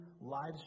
lives